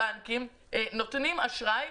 הבנקים נותנים אשראי,